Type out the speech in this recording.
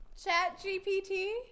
ChatGPT